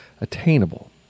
attainable